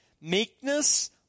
meekness